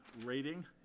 rating